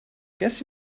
guess